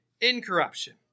incorruption